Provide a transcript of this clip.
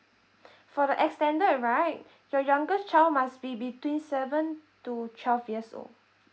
for the extended right your youngest child must be between seven to twelve years old